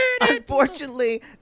unfortunately